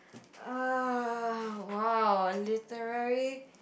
err wow literary